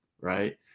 right